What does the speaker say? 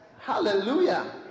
Hallelujah